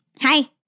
Hi